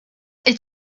est